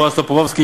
בועז טופורובסקי,